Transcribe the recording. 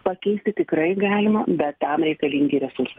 pakeisti tikrai galima bet tam reikalingi resursai